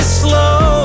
slow